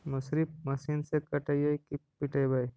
मसुरी मशिन से कटइयै कि पिटबै?